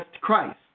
Christ